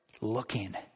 looking